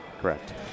Correct